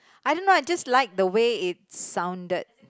I don't know I just like the way it sounded